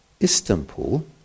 Istanbul